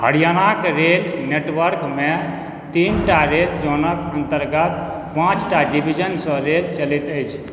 हरियाणाक रेल नेटवर्कमे तीनटा रेल जोनक अन्तर्गत पाँचटा डिवीजनसँ रेल चलैत अछि